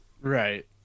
Right